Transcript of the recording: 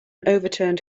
overturned